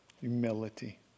Humility